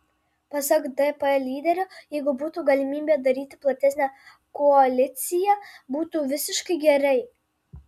pasak dp lyderio jeigu būtų galimybė daryti platesnę koaliciją būtų visiškai gerai